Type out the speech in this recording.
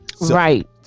right